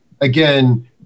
again